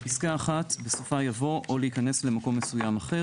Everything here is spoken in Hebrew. בפסקה (1) בסופה יבוא "או להיכנס למקום מסוים אחר